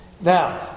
Now